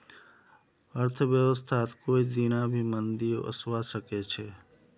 अर्थव्यवस्थात कोई दीना भी मंदी ओसवा सके छे